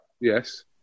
Yes